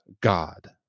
God